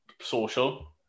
social